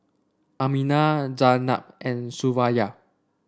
Aminah Zaynab and Suraya